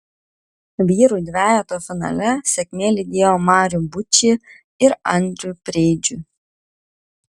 vyrų dvejeto finale sėkmė lydėjo marių bučį ir andrių preidžių